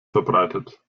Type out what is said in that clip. verbreitet